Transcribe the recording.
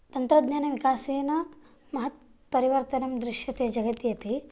तन्त्रज्ञानविकासेन महत् परिवर्तनं दृश्यते जगति अपि